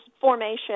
formation